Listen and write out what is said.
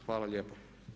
Hvala lijepa.